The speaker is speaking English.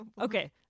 Okay